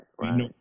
right